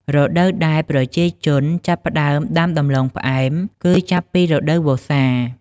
រដូវដែលប្រជាជនចាប់ផ្ដើមដាំដំឡូងផ្អែមគឺចាប់ពីរដូវវស្សា។